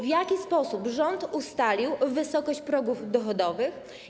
W jaki sposób rząd ustalił wysokość progów dochodowych?